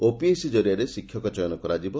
OPSE ଜରିଆରେ ଶିକ୍ଷକ ଚୟନ କରାଯିବ